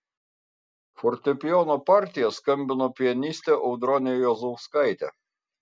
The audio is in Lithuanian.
fortepijono partiją skambino pianistė audronė juozauskaitė